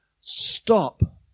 stop